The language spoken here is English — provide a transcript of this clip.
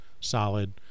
solid